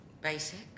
basic